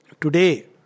today